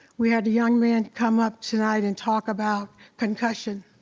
we had a young man come up tonight and talk about concussion.